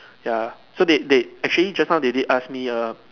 ya so they they actually just now they did ask me err